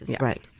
Right